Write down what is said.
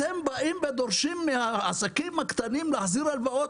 אתם באים ודורשים מהעסקים הקטנים להחזיר הלוואות